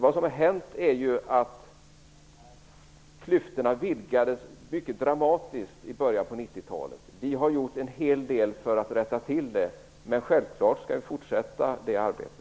Vad som har hänt är att klyftorna vidgades dramatiskt i början av 90-talet. Vi har gjort en hel del för att rätta till dem, men självklart skall vi fortsätta med det arbetet.